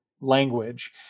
language